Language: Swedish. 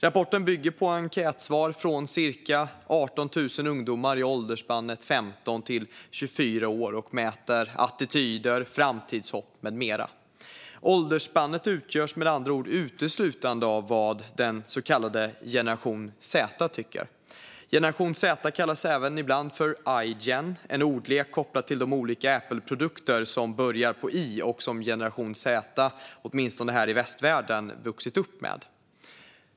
Rapporten bygger på enkätsvar från cirka 18 000 ungdomar i åldersspannet 15-24 år och mäter attityder, framtidshopp med mera. Åldersspannet utgörs med andra ord uteslutande av vad den så kallade generation Z tycker. Generation Z kallas även ibland för "Igen". Det är en ordlek kopplad till de olika Appleprodukter som börjar på I och som generation Z åtminstone i västvärlden vuxit upp med.